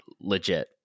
legit